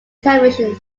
television